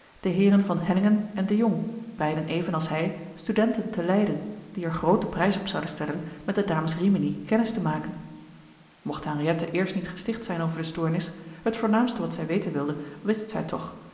de heeren van hellingen en de jong beiden even als hij studenten te leiden die er grooten prijs op zouden stellen met de dames rimini kennis te maken mocht henriette eerst niet gesticht zijn over de stoornis het voornaamste wat zij weten wilde wist zij toch